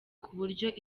kuburyo